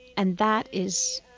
and that is,